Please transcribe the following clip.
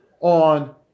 on